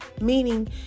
Meaning